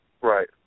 Right